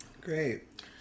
Great